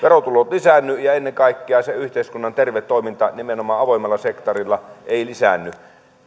lisäänny ja jos ei ennen kaikkea se yhteiskunnan terve toiminta nimenomaan avoimella sektorilla lisäänny